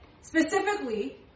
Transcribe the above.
specifically